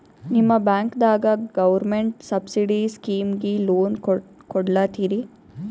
ನಿಮ ಬ್ಯಾಂಕದಾಗ government subsidy ಸ್ಕೀಮಿಗಿ ಲೊನ ಕೊಡ್ಲತ್ತೀರಿ?